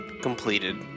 completed